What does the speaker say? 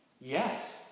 Yes